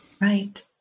right